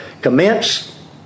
Commence